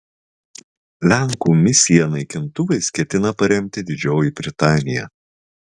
lenkų misiją naikintuvais ketina paremti didžioji britanija